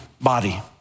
body